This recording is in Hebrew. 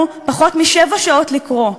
לנו פחות משבע שעות לקרוא.